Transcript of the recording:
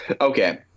Okay